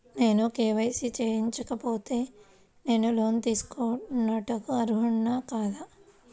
నేను కే.వై.సి చేయించుకోకపోతే నేను లోన్ తీసుకొనుటకు అర్హుడని కాదా?